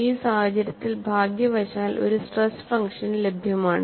ഈ സാഹചര്യത്തിൽ ഭാഗ്യവശാൽ ഒരു സ്ട്രെസ് ഫംഗ്ഷൻ ലഭ്യമാണ്